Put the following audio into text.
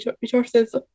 resources